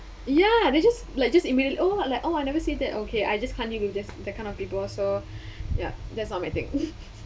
ya they just like just immediately oh like oh I never see that okay I just can't even just that kind of people so ya that's not my thing